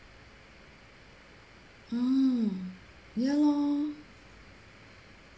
um ya lor